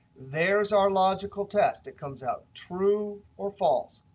there's our logical test, it comes out true or false.